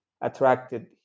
attracted